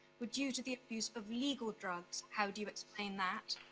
were due to the abuse of legal drugs. how do you explain that?